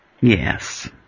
Yes